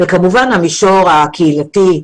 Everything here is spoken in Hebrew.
כמובן המישור הקהילתי,